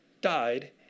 died